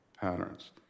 patterns